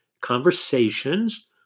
conversations